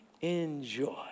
enjoy